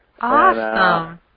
Awesome